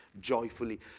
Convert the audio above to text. joyfully